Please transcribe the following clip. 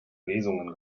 lesungen